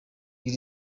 lil